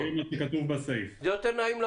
זה מה שכתוב בסעיף.